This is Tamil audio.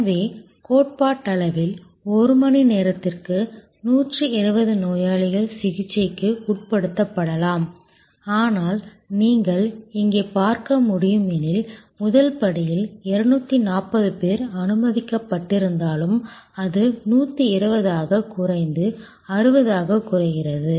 எனவே கோட்பாட்டளவில் ஒரு மணி நேரத்திற்கு 120 நோயாளிகள் சிகிச்சைக்கு உட்படுத்தப்படலாம் ஆனால் நீங்கள் இங்கே பார்க்க முடியும் எனில் முதல் படியில் 240 பேர் அனுமதிக்கப்பட்டிருந்தாலும் அது 120 ஆகக் குறைந்து 60 ஆகக் குறைகிறது